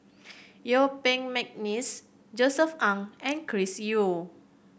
Yuen Peng McNeice Josef Ng and Chris Yeo